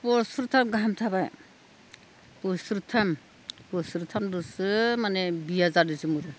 बोसोरथाम गाहाम थाबाय बोसोरथाम बोसोरथामजोंसो माने बिया जादों जोंङो